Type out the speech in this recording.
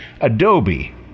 Adobe